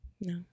No